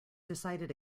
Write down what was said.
decided